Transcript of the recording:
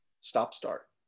stop-start